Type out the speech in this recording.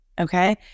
okay